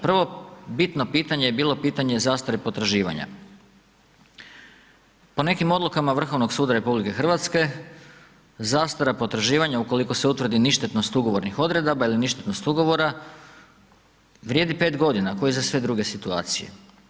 Prvo bitno pitanje je bilo pitanje zastare potraživanja, po nekim odlukama Vrhovnog suda RH zastara potraživanja ukoliko se utvrdi ništetnost ugovornih odredaba ili ništetnost ugovora vrijedi 5 godina kao i za sve druge situacije.